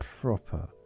proper